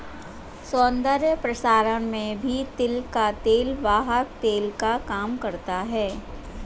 सौन्दर्य प्रसाधन में भी तिल का तेल वाहक तेल का काम करता है